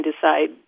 decide